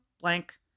blank